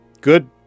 Good